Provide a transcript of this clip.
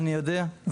אני יודע,